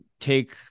take